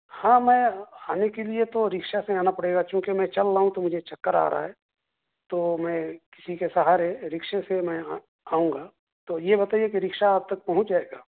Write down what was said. ہاں میں آنے کے لئے تو رکشا سے آنا پڑے گا کیونکہ میں چل رہا ہوں تو مجھے چکر آ رہا ہے تو میں کسی کے سہارے رکشے سے میں آؤں گا تو یہ بتائیے کہ رکشا آپ تک پہنچ جائے گا